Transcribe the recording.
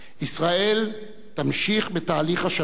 ישראל תמשיך בתהליך השלום,